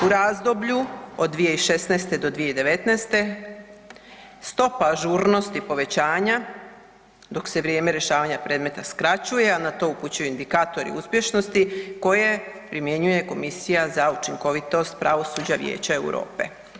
U razdoblju od 2016. do 2019. stopa ažurnosti povećanja dok se vrijeme rješavanja predmeta skraćuje, a na to upućuje indikatori uspješnosti koje primjenjuje komisija za učinkovitost pravosuđa Vijeća Europe.